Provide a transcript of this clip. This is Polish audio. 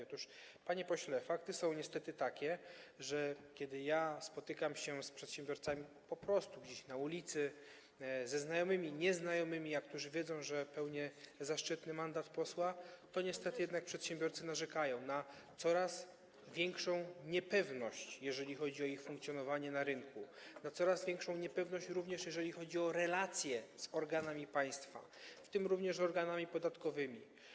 Otóż, panie pośle, fakty są niestety takie: kiedy spotykam się z przedsiębiorcami po prostu gdzieś na ulicy, ze znajomymi, z nieznajomymi, którzy wiedzą, że pełnię zaszczytny mandat posła, to przedsiębiorcy jednak narzekają na coraz większą niepewność, jeżeli chodzi o ich funkcjonowanie na rynku, coraz większą niepewność, również jeżeli chodzi o relacje z organami państwa, w tym organami podatkowymi.